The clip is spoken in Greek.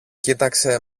κοίταξε